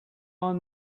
are